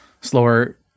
slower